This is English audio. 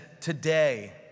today